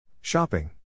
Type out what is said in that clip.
Shopping